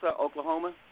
Oklahoma